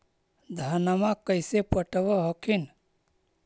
धन्मा कैसे पटब हखिन?